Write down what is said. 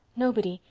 nobody.